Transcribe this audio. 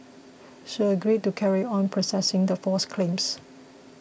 she agreed to carry on processing the false claims